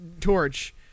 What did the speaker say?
torch